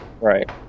Right